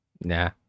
Nah